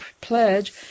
pledge